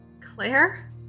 Claire